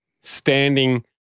standing